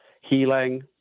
healing